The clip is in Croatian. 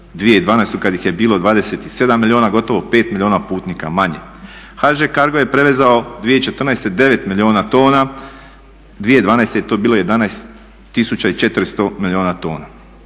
2012. kad ih je bilo 27 milijuna gotovo 5 milijuna putnika manje. HŽ CARGO je prevezao 2014. 9 milijuna tona, 2012. je to bilo 11400 milijuna tona.